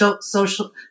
social